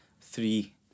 three